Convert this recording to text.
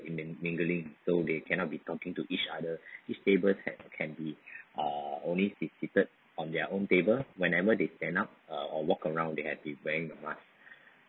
in the mingling so they cannot be talking to each other each table can be uh only stay seated on their own table whenever they stand up uh or walk around they have to be wearing a mask